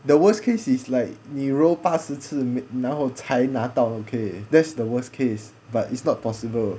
the worst case is like 你 roll 八十次然后才拿到 okay that's the worst case but it's not possible